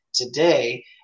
today